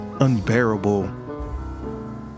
unbearable